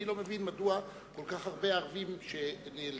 אני לא מבין מדוע כל כך הרבה ערבים שנאלצו